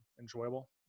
enjoyable